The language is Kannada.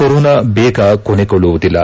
ಕೊರೋನಾ ಬೇಗ ಕೊನೆಗೊಳ್ಳುವುದಿಲ್ಲ